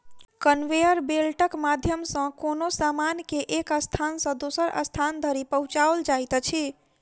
conveyor बेल्टक माध्यम सॅ कोनो सामान के एक स्थान सॅ दोसर स्थान धरि पहुँचाओल जाइत अछि